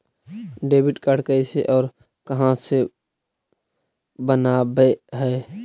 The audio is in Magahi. डेबिट कार्ड कैसे और कहां से बनाबे है?